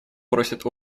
просит